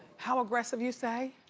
how aggressive you say?